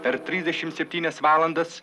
per trisdešim septynias valandas